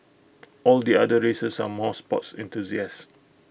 all the other races are more sports enthusiasts